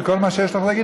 וכל מה שיש לך להגיד,